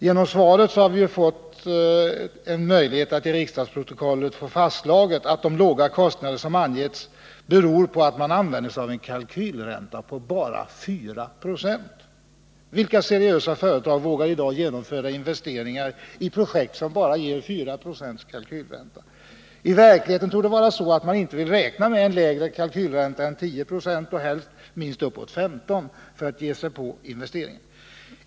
Genom svaret har vi fått en möjlighet att i riksdagsprotokollet få fastslaget att de låga kostnader som angetts beror på att man använder sig av en kalkylränta på bara 4 90. Vilka seriösa företag vågar i dag genomföra investeringar i projekt som ger bara 4 90 kalkylränta? I verkligheten torde det vara så, att man inte vill räkna med en lägre kalkylränta än 10 26. Helst bör den vara omkring 15 96 för att man skall våga ge sig på investeringar.